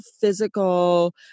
physical